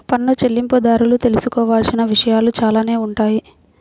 పన్ను చెల్లింపుదారులు తెలుసుకోవాల్సిన విషయాలు చాలానే ఉంటాయి